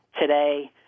today